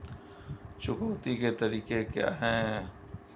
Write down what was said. चुकौती के तरीके क्या हैं?